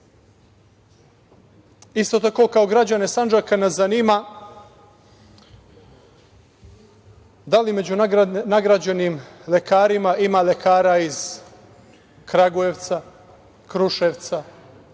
tako kao građane Sandžaka nas zanima da li među nagrađenim lekarima ima lekara iz Kragujevca, Kruševca, Beograda,